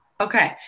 Okay